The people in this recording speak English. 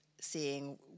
seeing